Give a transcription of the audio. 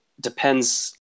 depends